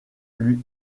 lui